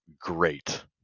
great